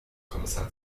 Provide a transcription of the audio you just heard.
kommissar